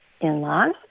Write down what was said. in-laws